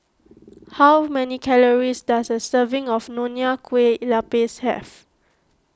how many calories does a serving of Nonya Kueh Lapis have